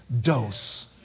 dose